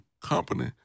company